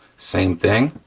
same thing.